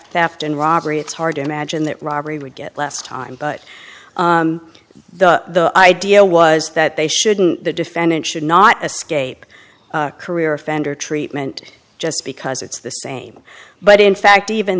after an robbery it's hard to imagine that robbery would get less time but the idea was that they shouldn't the defendant should not escape career offender treatment just because it's the same but in fact even